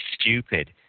stupid